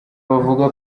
bavuga